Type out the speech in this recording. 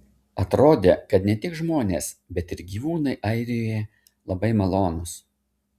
atrodė kad ne tik žmonės bet ir gyvūnai airijoje labai malonūs